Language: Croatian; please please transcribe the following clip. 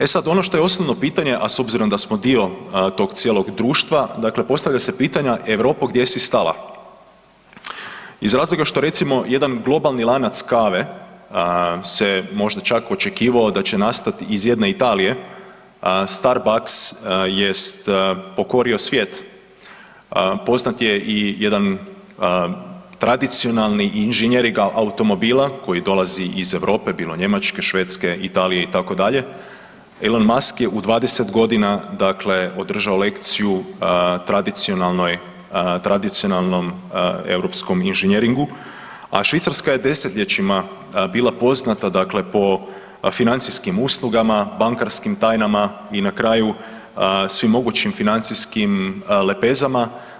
E sad, ono što je osnovno pitanje, a s obzirom da smo dio tog cijelog društva, dakle postavlja se pitanja „Europo, gdje si stala?“ iz razloga što recimo, jedan globalni lanac kave se možda čak očekivao da će nastati iz jedne Italije, Starbucks jest pokorio svijet, poznat je i jedan tradicionalni inženjeringa automobila koji dolazi iz Europe, bilo Njemačke, Švedske, Italije, itd., Elon Musk je u 20 godina dakle održao lekciju tradicionalnom europsko inženjeringu, a Švicarska je desetljećima bila poznata dakle po financijskim uslugama, bankarskim tajnama i na kraju svim mogućim financijskim lepezama.